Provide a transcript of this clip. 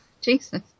Jesus